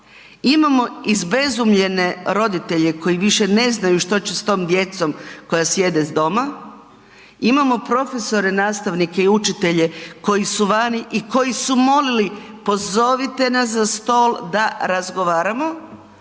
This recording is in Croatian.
imamo izbezumljene roditelje koji više ne znaju što će s tom djecom koja sjede doma, imamo profesore, nastavnike i učitelje koji su vani i koji su molili pozovite nas za stol da razgovaramo,